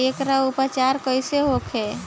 एकर उपचार कईसे होखे?